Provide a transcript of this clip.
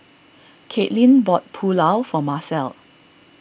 Katelin bought Pulao for Macel